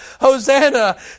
Hosanna